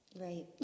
Right